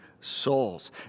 souls